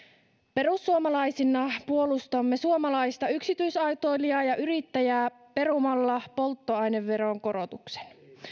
perussuomalaisina puolustamme suomalaista yksityisautoilijaa ja yrittäjää perumalla polttoaineveron korotuksen